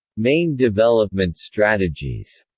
main development strategies